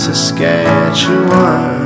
Saskatchewan